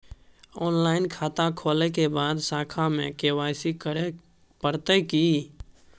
Online खाता खोलै के बाद शाखा में के.वाई.सी करे परतै की?